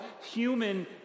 human